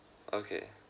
okay